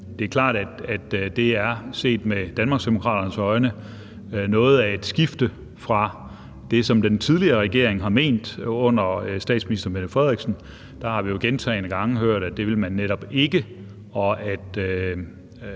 Det er klart, at det set med Danmarksdemokraternes øjne er noget af et skifte fra det, som den tidligere regering har ment under statsminister Mette Frederiksen – der har vi jo gentagne gange hørt, at det ville man netop ikke, og at